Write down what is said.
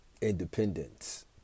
independence